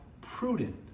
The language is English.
prudent